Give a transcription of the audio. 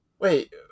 Wait